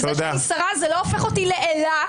זה שאני שרה זה לא הופך אותי לאלה.